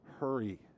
hurry